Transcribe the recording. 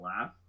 laugh